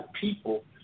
people